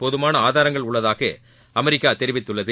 போதமான ஆதாரங்கள் உள்ளதாக அமெரிக்கா தெரிவித்துள்ளது